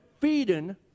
feeding